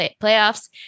playoffs